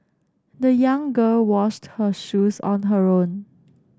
the young girl washed her shoes on her own